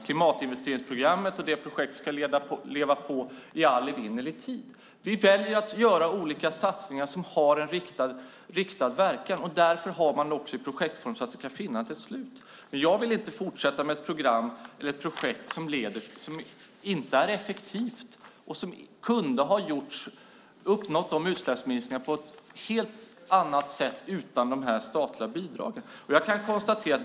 Klimatinvesteringsprogrammet och det projektet ska leva på i all evinnerlig tid. Vi väljer att göra olika satsningar som har en riktad verkan. Man har det i projektform så att det ska finnas ett slut. Jag vill inte fortsätta med ett program eller ett projekt som inte är effektivt och som kunde ha uppnått utsläppsminskningarna på ett helt annat sätt utan de statliga bidragen.